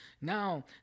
Now